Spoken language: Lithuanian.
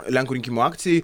lenkų rinkimų akcijai